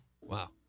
Wow